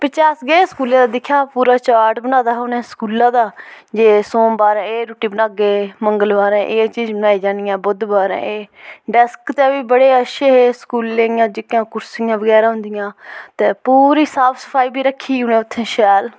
पिच्छे अस गे स्कूला दिक्खेआ पूरा चार्ट बनाए दा हा उनें स्कूला दा जे सोमबारें एह् रुट्टी बनाह्गे मंगलबारें एह् चीज़ बनाई जानियां बुधबारें एह् डेस्क बी ते बड़े अच्छे हे स्कूलें दियां जेह्कियां कुर्सियां बगैरा होन्दिया ते पूरी साफ़ सफाई बी रक्खी दी उ'नें उत्थे शैल